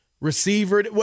receiver